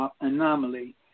anomaly